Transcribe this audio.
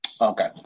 okay